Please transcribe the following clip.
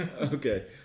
Okay